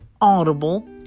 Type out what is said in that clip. Audible